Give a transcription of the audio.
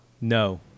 No